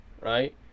right